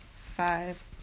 five